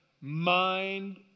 mind